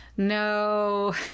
No